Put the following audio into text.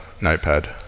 notepad